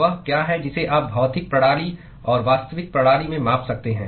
वह क्या है जिसे आप भौतिक प्रणाली और वास्तविक प्रणाली में माप सकते हैं